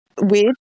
weird